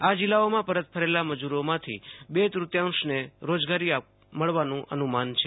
આ જિલ્લાઓમાં પરત ફરેલા મજૂરોમાંથી બે તૂતિયાંશને રોજગારી મળવાનું અનુમાન છે